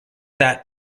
that